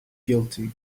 guilty